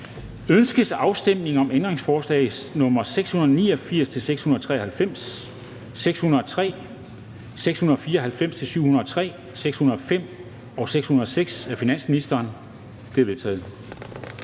Ønskes afstemning om ændringsforslag nr. 540, 541, 624 og 542-546 af finansministeren? De er vedtaget.